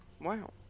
Wow